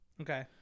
Okay